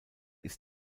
ist